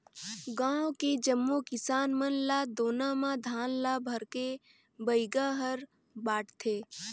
गांव के जम्मो किसान मन ल दोना म धान ल भरके बइगा हर बांटथे